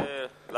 חבר הכנסת אורון,